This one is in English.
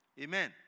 Amen